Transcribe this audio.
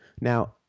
Now